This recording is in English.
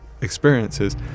experiences